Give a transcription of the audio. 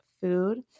food